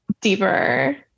deeper